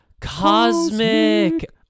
cosmic